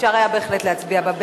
אפשר היה בהחלט להצביע בה בעד.